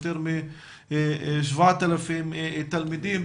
יותר מ-7,000 תלמידים.